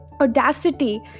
audacity